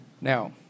Now